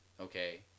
Okay